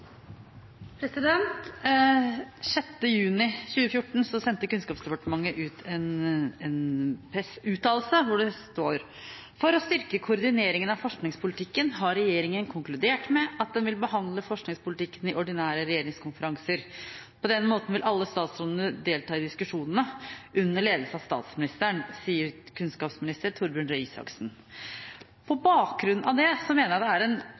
å styrke koordineringen av forskningspolitikken, har regjeringen konkludert med at den vil behandle forskningspolitikken i ordinære regjeringskonferanser. På den måten vil alle statsråder delta i diskusjonene, under ledelse av Statsministeren.» Dette sa kunnskapsminister Torbjørn Røe Isaksen. Dette synes jeg egentlig var en merkelig opptakt til budsjettene for 2015 og 2016, og det er